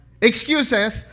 Excuses